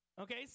Okay